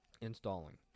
installing